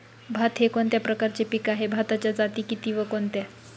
भात हे कोणत्या प्रकारचे पीक आहे? भाताच्या जाती किती व कोणत्या?